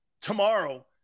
tomorrow